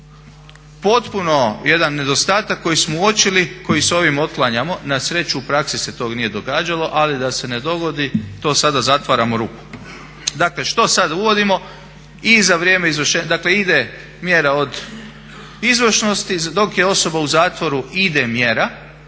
Potpuno jedan nedostatak koji smo uočili, koji s ovim otklanjamo, na sreću u praksi se to nije događalo ali da se ne dogodi, to sada zatvaramo rupu. Dakle što sada uvodimo? Dakle ide mjera od izvršnosti, dok je osoba u zatvoru ide mjera